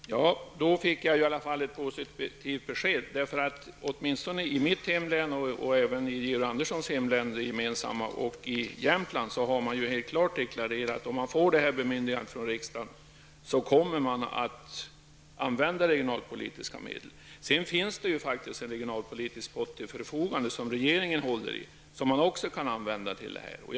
Herr talman! Då fick jag i alla fall ett positivt besked. Åtminstone i mitt och Georg Anderssons gemensamma hemlän och i Jämtland har man klart deklarerat att man, om man får detta bemyndigande från riksdagen, kommer att använda regionalpolitiska medel. Sedan finns det faktiskt en regionalpolitisk pott till förfogande som regeringen håller i och som man också kan använda för detta ändamål.